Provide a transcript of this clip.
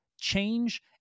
change